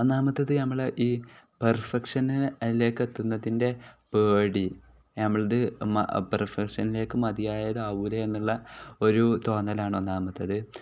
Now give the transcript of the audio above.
ഒന്നാമത്തത് നമ്മൾ ഈ പെർഫെക്ഷന്ലേക്ക് എത്തുന്നതിൻ്റെ പേടി നമ്മൾ അത് മ പെർഫെക്ഷനിലേക്ക് മതിയായത് ആകൂലെ എന്നുള്ള ഒരു തോന്നലാണ് ഒന്നാമത്തത്